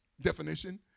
definition